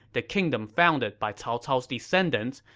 the kingdom founded by cao cao's descendants,